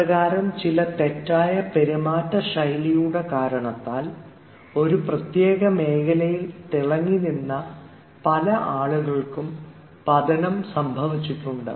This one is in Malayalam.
ഇപ്രകാരം ചില തെറ്റായ പെരുമാറ്റ ശൈലിയുടെ കാരണത്താൽ ഒരു പ്രത്യേക മേഖലയിൽ തിളങ്ങിനിന്ന പല ആളുകൾക്കും പതനം സംഭവിച്ചിട്ടുണ്ട്